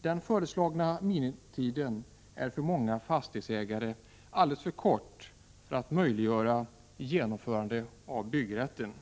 Den föreslagna minimitiden är för många fastighetsägare alldeles för kort för att möjliggöra genomförande av byggrätten.